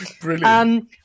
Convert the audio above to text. Brilliant